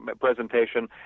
presentation